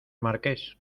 marqués